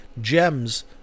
Gems